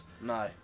No